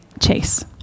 Chase